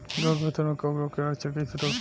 गेहूं के फसल में कवक रोग के लक्षण कईसे रोकी?